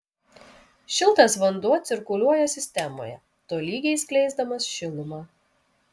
šiltas vanduo cirkuliuoja sistemoje tolygiai skleisdamas šilumą